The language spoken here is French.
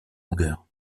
longueurs